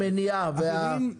אלא המניעה.